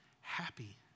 happy